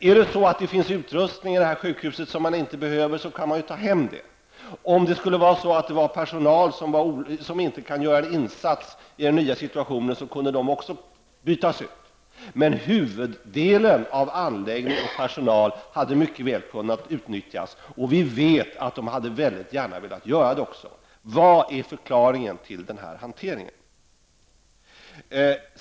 Om det finns utrustning i sjukhuset som man inte behöver kan man ta hem den. Om det finns personal som inte kan göra en insats i den nya situationen kan de också bytas ut. Huvuddelen av anläggningen och större delen av personalen hade mycket väl kunnat utnyttjas. Vi vet att många gärna hade velat delta. Vad är förklaringen till denna hantering?